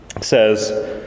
says